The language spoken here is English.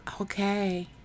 Okay